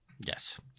Yes